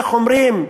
איך אומרים?